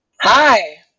Hi